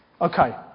Okay